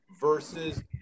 versus